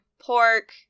pork